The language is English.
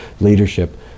leadership